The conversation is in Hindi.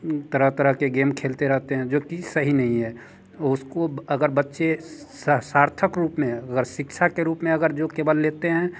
तरह तरह के गेम खेलते रहते हैं जो कि सही नहीं है उसको अगर बच्चे सार्थक रूप में अगर शिक्षा के रूप में अगर जो केवल लेते हैं